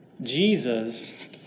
Jesus